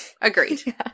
agreed